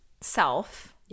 self